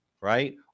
right